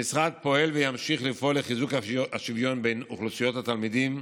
המשרד פועל וימשיך לפעול לחיזוק השוויון בין אוכלוסיות התלמידים,